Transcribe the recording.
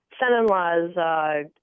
son-in-law's